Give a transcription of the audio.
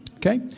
Okay